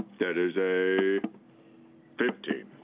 that is a fifteen.